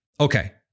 Okay